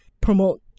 promote